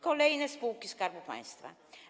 Kolejne - spółki Skarbu Państwa.